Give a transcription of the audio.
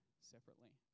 separately